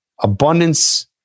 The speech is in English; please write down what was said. Abundance